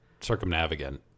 circumnavigant